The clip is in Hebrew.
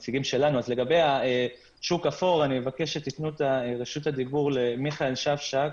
לגבי השוק האפור אני אבקש שתתנו את רשות הדיבור לתת ניצב מיכאל שפשק